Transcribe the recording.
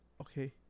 Okay